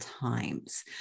times